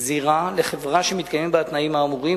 זירה לחברה שמתקיימים בה התנאים האמורים,